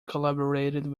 collaborated